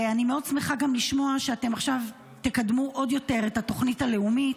אני גם מאוד שמחה לשמוע שעכשיו תקדמו עוד יותר את התוכנית הלאומית.